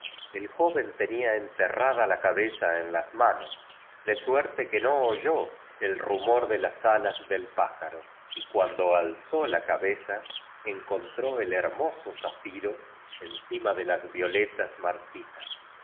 el joven tenía ente rrada la cabeza en las manos do suerte que no oyó el rumor de las alas del pájaro y cuando alzó la ca beza encontró el hermoso zafiro encima de las vio letas marchitas